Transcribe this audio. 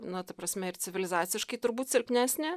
na ta prasme ir civilizaciškai turbūt silpnesnė